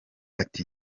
ati